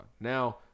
Now